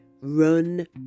Run